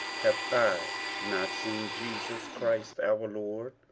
have i not seen jesus christ our lord?